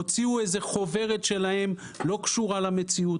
הוציאו איזו חוברת שלהם שלא קשורה למציאות,